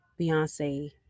beyonce